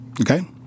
Okay